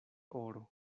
oro